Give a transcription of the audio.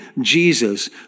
Jesus